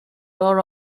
are